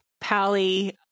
Pally